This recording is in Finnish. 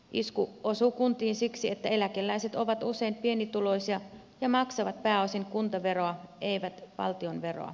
isku osuu kuntiin siksi että eläkeläiset ovat usein pienituloisia ja maksavat pääosin kuntaveroa eivät valtionveroa